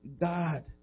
God